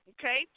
Okay